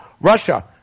Russia